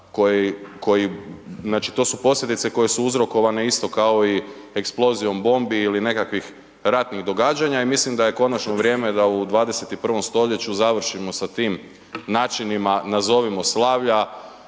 to su posljedice koje su uzrokovane isto kao i eksplozijom bombi ili nekakvih ratnih događanja i mislim da je konačno vrijeme da u 21. stoljeću završimo sa tim načinima nazovimo slavlja